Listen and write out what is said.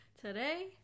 Today